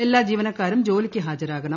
എല്ലാ ജീവനക്കാരും ജോലിക്ക് ഹാജരാകണം